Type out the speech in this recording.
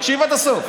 תקשיב עד הסוף.